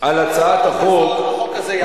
והחוק הזה יעבור?